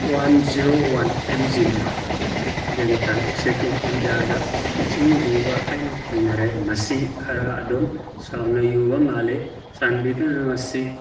one zero one M ꯖꯤꯝꯕ ꯒꯦꯡꯇꯟ ꯁꯦꯀꯦꯟ ꯏꯟꯗꯤꯌꯥꯗ ꯏꯁꯤꯡ ꯌꯨꯕ ꯑꯩꯅ ꯊꯦꯡꯅꯔꯦ ꯃꯁꯤ ꯈꯔ ꯑꯗꯨꯝ ꯆꯥꯎꯅ ꯌꯨꯕ ꯃꯥꯜꯂꯤ ꯆꯥꯟꯕꯤꯗꯨꯅ ꯃꯁꯤ